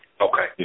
Okay